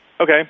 Okay